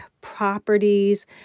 properties